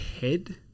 head